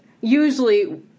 usually